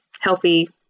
Healthy